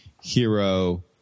hero